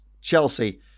Chelsea